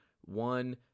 one